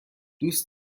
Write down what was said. دوست